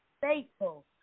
faithful